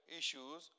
issues